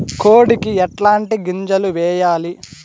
కోడికి ఎట్లాంటి గింజలు వేయాలి?